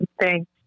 Thanks